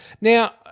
Now